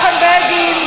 הדיינים,